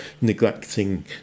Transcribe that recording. neglecting